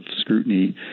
scrutiny